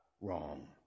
wrong